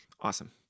awesome